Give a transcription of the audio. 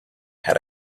had